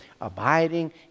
Abiding